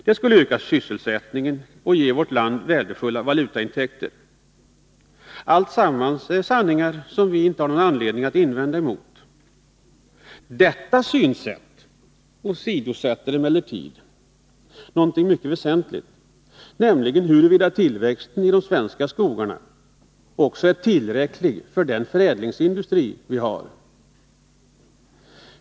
Det skulle öka sysselsättningen och ge vårt land värdefulla valutaintäkter. Alltsammans är sanningar som vi inte har någon anledning att invända emot. Detta synsätt åsidosätter emellertid någonting mycket väsentligt, nämligen huruvida tillväxten i de svenska skogarna också är tillräcklig för den förädlingsindustri vi har.